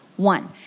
One